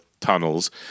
tunnels